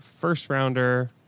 first-rounder